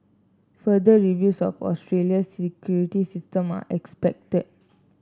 further reviews of Australia's security system are expected